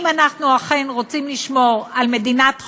אם אנחנו אכן רוצים לשמור על מדינת חוק,